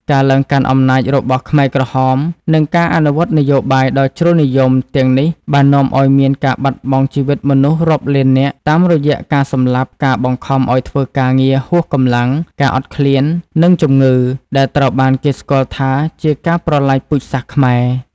ការឡើងកាន់អំណាចរបស់ខ្មែរក្រហម និងការអនុវត្តនយោបាយដ៏ជ្រុលនិយមទាំងនេះបាននាំឱ្យមានការបាត់បង់ជីវិតមនុស្សរាប់លាននាក់ តាមរយៈការសម្លាប់ ការបង្ខំឱ្យធ្វើការងារហួសកម្លាំង ការអត់ឃ្លាន និងជំងឺ ដែលត្រូវបានគេស្គាល់ថាជាការប្រល័យពូជសាសន៍ខ្មែរ។